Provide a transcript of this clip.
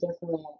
different